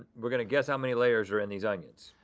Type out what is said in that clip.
we're gonna guess how many layers are in these onions.